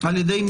על ידי מי?